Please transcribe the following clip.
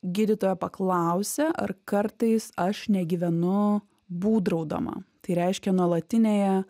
gydytoja paklausė ar kartais aš negyvenu būdraudama tai reiškia nuolatinėje